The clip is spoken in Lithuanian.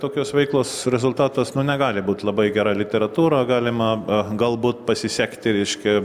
tokios veiklos rezultatas nu negali būti labai gera literatūra galima galbūt pasisekti reiškia